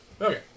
Okay